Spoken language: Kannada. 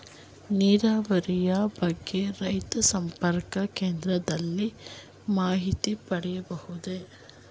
ನೀರಾವರಿಯ ಬಗ್ಗೆ ರೈತ ಸಂಪರ್ಕ ಕೇಂದ್ರದಲ್ಲಿ ಮಾಹಿತಿ ಪಡೆಯಬಹುದೇ?